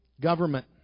government